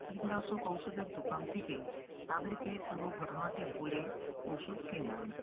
কীটনাশক ঔষধের দোকান থেকে তাদেরকে পুরো ঘটনাটি বলে ঔষধ কিনে আনি